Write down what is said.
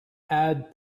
add